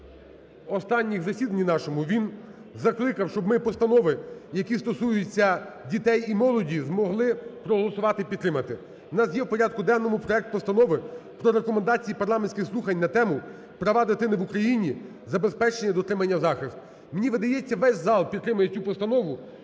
На останньому засіданні нашому він закликав, щоб ми постанови, які стосуються дітей і молоді, змогли проголосувати і підтримати. У нас є у порядку денному проект Постанови про Рекомендації парламентських слухань на тему: "Права дитини в Україні: забезпечення, дотримання, захист". Мені видається, весь зал підтримує цю постанову,